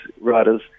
writers